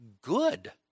good